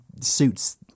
suits